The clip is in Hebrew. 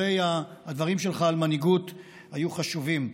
הדברים שלך על מנהיגות היו חשובים.